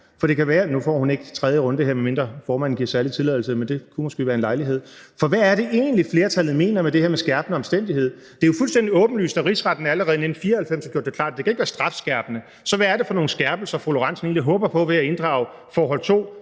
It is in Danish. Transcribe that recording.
med det skærpende. Nu får hun ikke tredje runde, medmindre formanden giver særlig tilladelse, men det kunne måske være en lejlighed. Hvad er det egentlig, flertallet mener med det her med skærpende omstændigheder? Det er fuldstændig åbenlyst, at Rigsretten allerede i 1994 har gjort det klart, at det ikke kan være strafskærpende. Så hvad er det for nogle skærpelser, fru Karina Lorentzen Dehnhardt egentlig håber på ved at inddrage forhold to